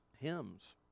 hymns